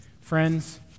friends